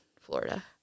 florida